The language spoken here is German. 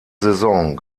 saison